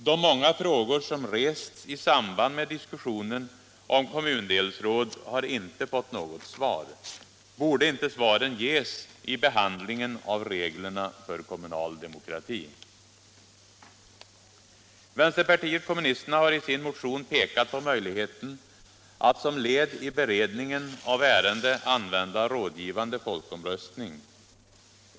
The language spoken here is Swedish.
De många frågor som rests i samband med diskussionen om kommundelsråd har inte fått något svar. Borde inte svaren ges vid behandlingen av reglerna för kommunal demokrati? Vänsterpartiet kommunisterna har i sin motion pekat på möjligheten att som ett led i beredningen av ärendet använda rådgivande folkomröstning.